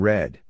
Red